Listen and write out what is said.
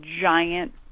giant